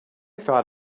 thought